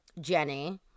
jenny